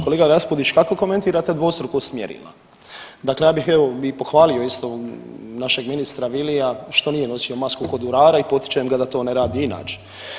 Poštovani kolega Raspudić kako komentirate dvostruko s mjerilima dakle ja bih evo bih pohvalio isto našeg ministra Vilija što nije nosio masku kod urara i potičem ga da to ne radi inače.